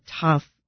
tough